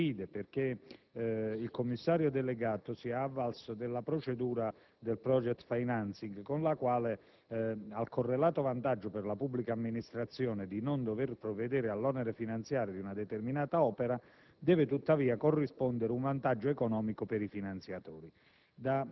perché il Commissario delegato si è avvalso della procedura del *project financing* con la quale, al correlato vantaggio per la pubblica amministrazione di non dover provvedere all'onere finanziario di una determinata opera, deve tuttavia corrispondere un vantaggio economico per i finanziatori.